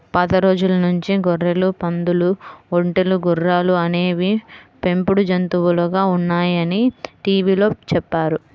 పాత రోజుల నుంచి గొర్రెలు, పందులు, ఒంటెలు, గుర్రాలు అనేవి పెంపుడు జంతువులుగా ఉన్నాయని టీవీలో చెప్పారు